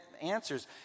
answers